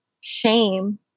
shame